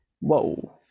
whoa